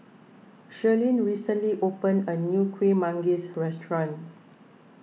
Shirleen recently opened a new Kueh Manggis restaurant